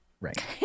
Right